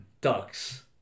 Ducks